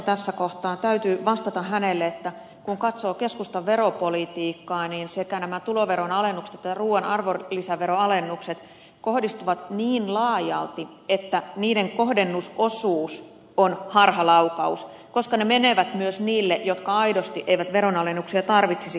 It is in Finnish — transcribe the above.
tässä kohtaa täytyy vastata hänelle että kun katsoo keskustan veropolitiikkaa niin sekä nämä tuloveron alennukset että ruuan arvonlisäveron alennukset kohdistuvat niin laajalti että niiden kohdennusosuus on harhalaukaus koska ne menevät myös niille jotka aidosti eivät veronalennuksia tarvitsisi